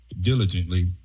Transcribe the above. diligently